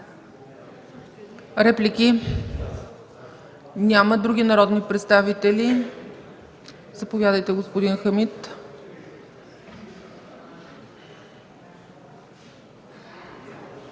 Реплики? Няма. Други народни представители? Заповядайте, господин Хамид.